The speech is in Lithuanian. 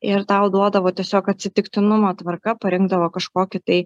ir tau duodavo tiesiog atsitiktinumo tvarka parinkdavo kažkokį tai